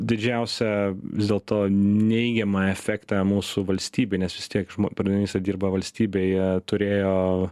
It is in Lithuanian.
didžiausią vis dėlto neigiamą efektą mūsų valstybė nes vistiek parneryse dirba valstybėje turėjo